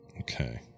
Okay